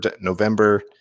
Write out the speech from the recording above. November